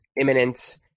Imminent